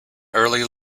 early